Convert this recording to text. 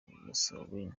mussolini